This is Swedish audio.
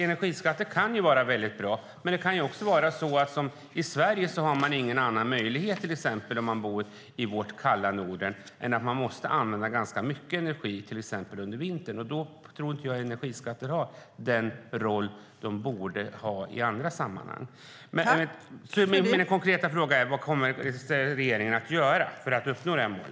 Energiskatter kan vara väldigt bra, men i vårt kalla Norden har vi ingen annan möjlighet än att använda ganska mycket energi till exempel under vintern, och då tror jag inte att energiskatter har den roll de borde ha i andra sammanhang. Min konkreta fråga är: Vad kommer regeringen att göra för att uppnå detta mål?